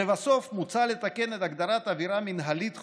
לבסוף, מוצע לתקן את הגדרת עבירה מינהלית חוזרת,